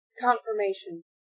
confirmation